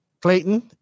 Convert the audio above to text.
Clayton